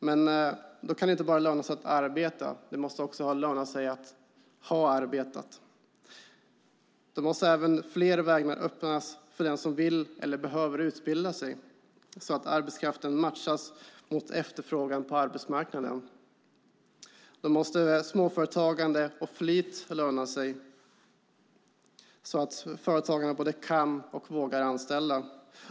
Men då kan det inte bara löna sig att arbeta, utan det måste också löna sig att ha arbetat. Då måste även fler vägar öppnas för den som vill eller behöver utbilda sig, så att arbetskraften matchas mot efterfrågan på arbetsmarknaden. Då måste småföretagande och flit löna sig, så att företagarna både kan och vågar anställa.